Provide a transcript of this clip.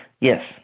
Yes